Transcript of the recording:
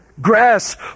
grass